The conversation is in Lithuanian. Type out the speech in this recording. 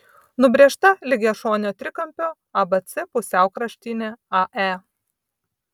nubrėžta lygiašonio trikampio abc pusiaukraštinė ae